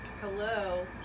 hello